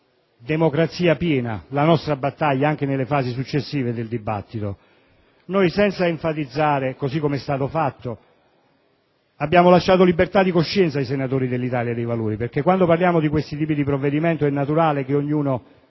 nella democrazia piena la nostra battaglia, anche nelle fasi successive del dibattito. Senza enfatizzare, così come è stato fatto, abbiamo lasciato libertà di coscienza ai senatori dell'Italia dei Valori, perché quando parliamo di questo tipo di provvedimenti è naturale che ognuno